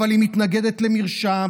אבל היא מתנגדת ל"מרשם",